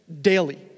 daily